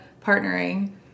partnering